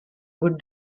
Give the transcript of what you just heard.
good